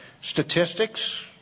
statistics